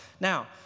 Now